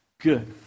good